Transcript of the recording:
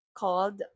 called